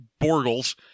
Borgles